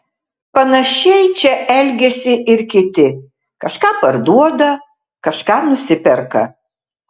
panašiai čia elgiasi ir kiti kažką parduoda kažką nusiperka